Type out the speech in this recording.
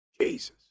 Jesus